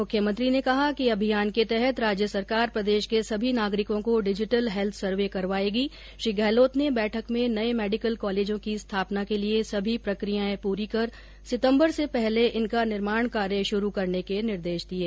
मुख्यमंत्री ने कहा कि अभियान के तहत राज्य सरकार प्रदेश के सभी नागरिकों का डिजिटल हैल्थ सर्वे करवाएगी श्री गहलोत ने बैठक में नए मेडिकल कॉलेजों की स्थापना के लिये सभी प्रक्रियाएं पूरी कर सितम्बर से पहले इनका निर्माण कार्य शुरू करने के निर्देश दिये